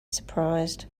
surprised